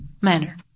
manner